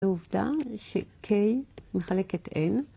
עובדה ש k מחלק את n